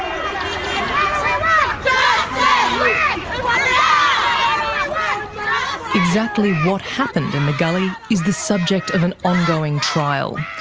um exactly what happened in the gully is the subject of an ongoing trial.